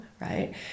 right